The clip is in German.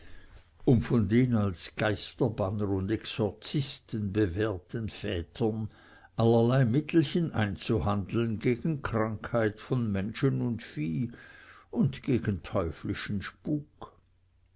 um von den als geisterbanner und exorzisten bewährten vätern allerlei mittelchen einzuhandeln gegen krankheit von menschen und vieh und gegen teuflischen spuk